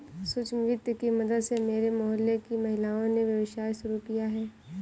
सूक्ष्म वित्त की मदद से मेरे मोहल्ले की महिलाओं ने व्यवसाय शुरू किया है